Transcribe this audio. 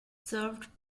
served